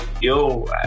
Yo